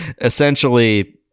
essentially